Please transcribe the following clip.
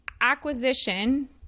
acquisition